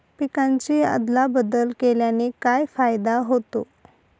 पिकांची अदला बदल केल्याने काय फायदा होतो?